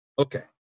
Okay